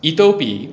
इतोऽपि